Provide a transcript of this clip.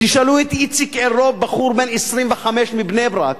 תשאלו את איציק אלרוב, בחור בן 25 מבני-ברק,